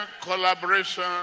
collaboration